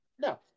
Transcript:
No